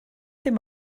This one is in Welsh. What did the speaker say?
dim